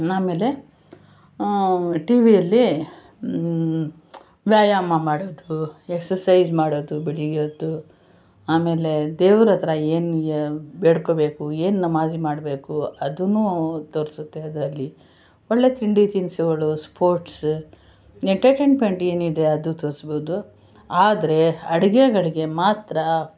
ಆಮೇಲೆ ಟಿ ವಿಯಲ್ಲಿ ವ್ಯಾಯಾಮ ಮಾಡೋದು ಎಕ್ಸಸೈಜ್ ಮಾಡೋದು ಬೆಳಿಗ್ಗೆ ಹೊತ್ತು ಆಮೇಲೆ ದೇವ್ರ ಹತ್ರ ಏನು ಬೇಡ್ಕೋಬೇಕು ಏನು ನಮಾಜ್ ಮಾಡಬೇಕು ಅದನ್ನೂ ತೋರಿಸುತ್ತೆ ಅದರಲ್ಲಿ ಒಳ್ಳೆಯ ತಿಂಡಿ ತಿನಿಸುಗಳು ಸ್ಪೋರ್ಟ್ಸ ಎಂಟರ್ಟೈನ್ಮೆಂಟ್ ಏನಿದೆ ಅದೂ ತೋರ್ಸ್ಬೋದು ಆದರೆ ಅಡುಗೆಗಳ್ಗೆ ಮಾತ್ರ